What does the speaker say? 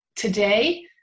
Today